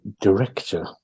director